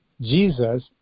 Jesus